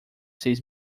seis